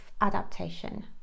adaptation